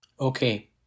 Okay